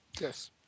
Yes